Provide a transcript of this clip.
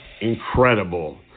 incredible